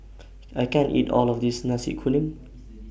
I can't eat All of This Nasi Kuning